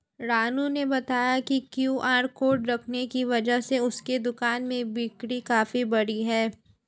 रानू ने बताया कि क्यू.आर कोड रखने की वजह से उसके दुकान में बिक्री काफ़ी बढ़ी है